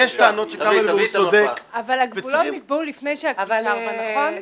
אבל הגבולות נקבעו לפני כביש 4, נכון?